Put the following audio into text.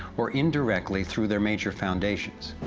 or indirectly through their major foundations.